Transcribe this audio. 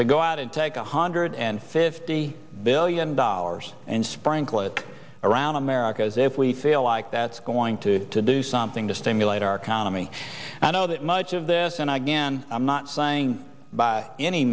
to go out and take a hundred and fifty billion dollars and sprinkle it around america as if we feel like that's going to do something to stimulate our economy i know that much of this and i again i'm not saying by any